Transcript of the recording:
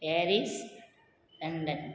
Paris London